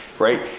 right